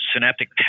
synaptic